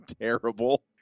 terrible